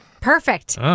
Perfect